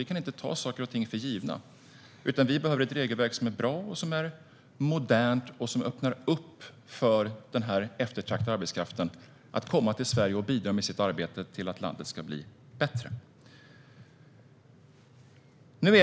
Vi kan inte ta saker och ting för givna, utan vi behöver ett regelverk som är bra och modernt och som öppnar upp för den eftertraktade arbetskraften så att den kan komma till Sverige och bidra med sitt arbete för att landet ska bli bättre.